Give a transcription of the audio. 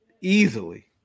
easily